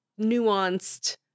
nuanced